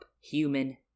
Human